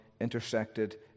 intersected